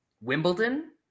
wimbledon